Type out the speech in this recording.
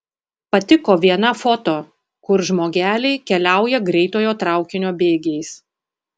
patiko viena foto kur žmogeliai keliauja greitojo traukinio bėgiais